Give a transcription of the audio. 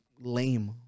lame